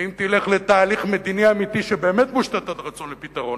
ואם תלך לתהליך מדיני אמיתי שבאמת מושתת על רצון לפתרון,